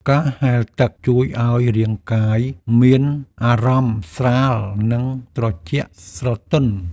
ការហែលទឹកជួយឱ្យរាងកាយមានអារម្មណ៍ស្រាល និងត្រជាក់ស្រទន់។